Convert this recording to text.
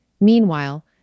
Meanwhile